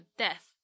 death